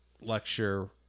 lecture